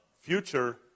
future